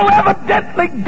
evidently